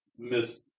Miss